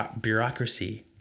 bureaucracy